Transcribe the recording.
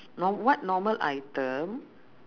norm~ what normal item